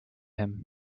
him